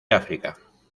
áfrica